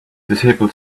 disabled